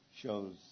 shows